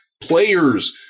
players